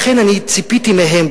לכן ציפיתי מהם,